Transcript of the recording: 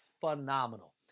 phenomenal